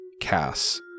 Cass